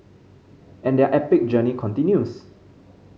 and their epic journey continues